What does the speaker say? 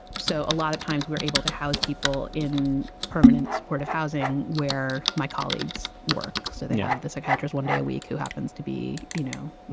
so a lot of times we're able to house people in permanent supportive housing where my colleagues work. so then you have the psychiatrist one day a week who happens to be, you know. yeah.